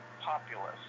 Populist